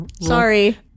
Sorry